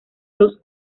dos